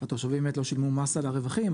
התושבים היו משלמים מס על הרווחים.